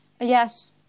Yes